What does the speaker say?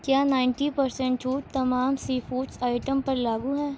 کیا ninety percent چھوٹ تمام سی فوڈس آئٹم پر لاگو ہے